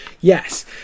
Yes